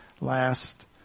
last